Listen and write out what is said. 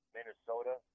Minnesota